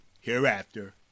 Hereafter